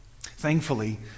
Thankfully